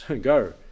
Go